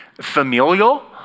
familial